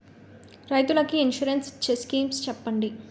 రైతులు కి ఇన్సురెన్స్ ఇచ్చే స్కీమ్స్ చెప్పండి?